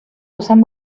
usan